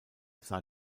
sah